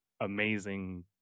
amazing